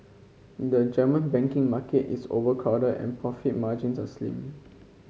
the German banking market is overcrowded and profit margins are slim